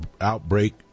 outbreak